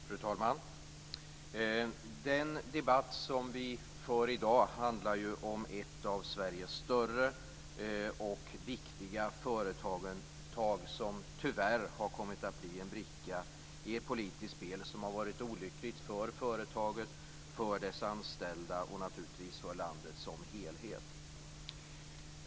Fru talman! Den debatt som vi för i dag handlar om ett av Sveriges större och viktiga företag. Det har tyvärr kommit att bli en bricka i ett politiskt spel. Det har varit olyckligt för företaget, dess anställda och naturligtvis för landet som helhet.